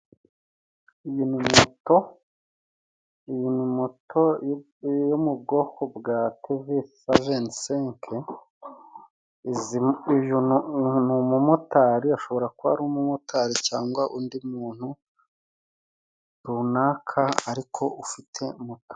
Iyi ni moto iyi ni moto yo mu bwoko bwa tevesi saventisenke. Uyu ni umumotari ashobora kuba ari umumotari, cyangwa undi muntu runaka ariko ufite moto.